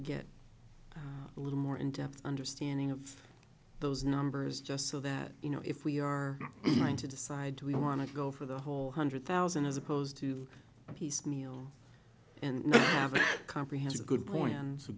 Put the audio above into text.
get a little more in depth understanding of those numbers just so that you know if we are going to decide to we want to go for the whole hundred thousand as opposed to piecemeal and comprehensive good point